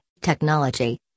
Technology